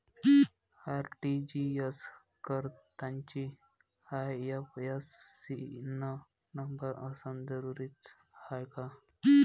RTGS करतांनी IFSC न number असनं जरुरीच हाय का?